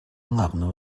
ngaknu